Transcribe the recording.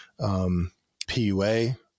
PUA